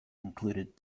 included